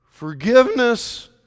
Forgiveness